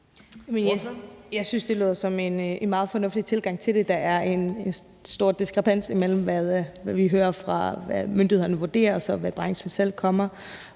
Jeg synes, det lyder som en meget fornuftig tilgang til det. Der er en stor diskrepans mellem, hvad vi hører at myndighederne vurderer, og hvad branchen selv vurderer,